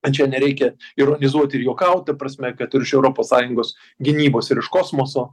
čia nereikia ironizuot ir juokaut ta prasme kad ir už europos sąjungos gynybos ir iš kosmoso